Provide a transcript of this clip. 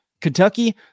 Kentucky